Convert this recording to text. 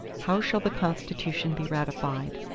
how shall the constitution be ratified?